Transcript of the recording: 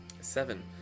Seven